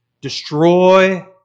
Destroy